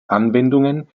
anwendungen